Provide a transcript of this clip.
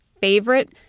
favorite